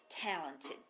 talented